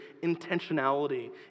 intentionality